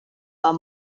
are